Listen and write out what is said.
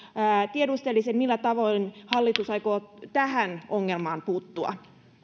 tiedustelisin millä tavoin hallitus aikoo tähän ongelmaan puuttua